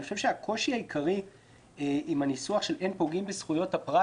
אני חושב שהקושי העיקרי עם הניסוח של "אין פוגעים בזכויות הפרט